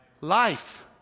life